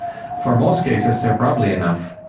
for most cases, they're probably enough.